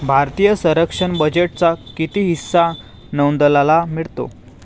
भारतीय संरक्षण बजेटचा किती हिस्सा नौदलाला मिळतो?